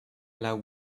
allow